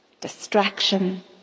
distraction